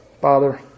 Father